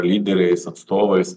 lyderiais atstovais